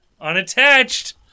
Unattached